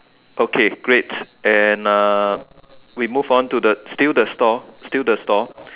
okay great and uh we move on to the still the store still the store